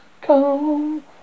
Come